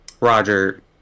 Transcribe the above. Roger